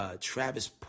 Travis